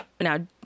Now